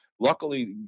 Luckily